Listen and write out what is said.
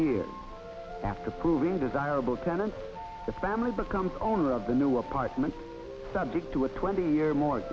year after proving desirable tenants the family becomes owner of the new apartment subject to a twenty year m